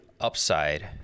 upside